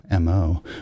MO